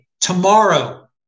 tomorrow